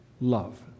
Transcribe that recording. love